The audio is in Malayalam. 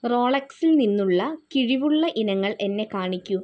റോളെക്സിൽ നിന്നുള്ള കിഴിവുള്ള ഇനങ്ങൾ എന്നെ കാണിക്കു